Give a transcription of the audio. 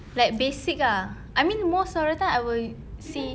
like basic ah I mean most of the time I would say